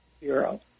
Bureau